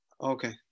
Okay